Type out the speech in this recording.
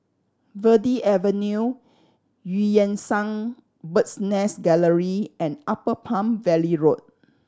Verde Avenue Eu Yan Sang Bird's Nest Gallery and Upper Palm Valley Road